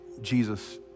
Jesus